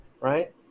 right